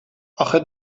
آخه